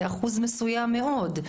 אנחנו מתמקדים באחוז מסוים מאוד,